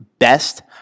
Best